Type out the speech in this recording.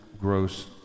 gross